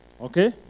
Okay